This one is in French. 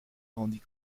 rendit